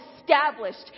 established